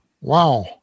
wow